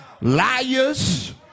liars